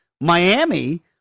Miami